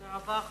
תודה רבה.